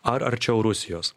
ar arčiau rusijos